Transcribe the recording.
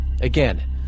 Again